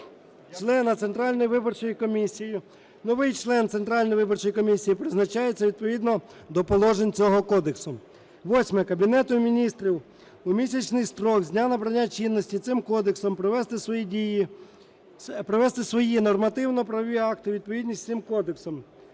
члена Центральної виборчої комісії, новий член Центральної виборчої комісії призначається відповідно до положень цього Кодексу. Восьме. Кабінету Міністрів: у місячний строк з дня набрання чинності цим Кодексом привести свої нормативно-правові акти у відповідність з цим Кодексом;